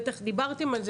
בטח דיברתם על זה.